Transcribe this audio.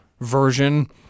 version